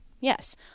Yes